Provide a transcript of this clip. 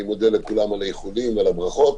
אני מודה לכולם על האיחולים ועל הברכות.